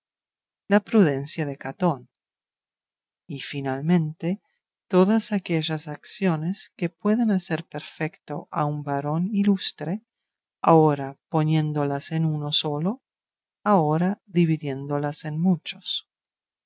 la prudencia de catón y finalmente todas aquellas acciones que pueden hacer perfecto a un varón ilustre ahora poniéndolas en uno solo ahora dividiéndolas en muchos